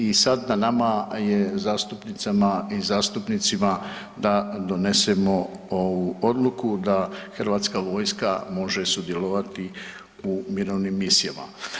I sada je na nama zastupnicama i zastupnicima da donesemo ovu odluku da hrvatska vojska može sudjelovati u mirovnim misijama.